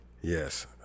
Yes